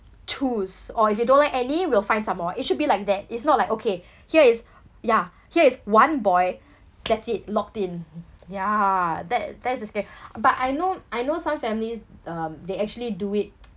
choose or if you don't like any we'll find some more it should be like that it's not like okay here is ya here is one boy that's it locked in ya that that is the scary but I know I know some families um they actually do it